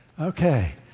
okay